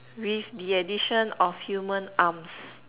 with the addition of human arms